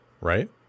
right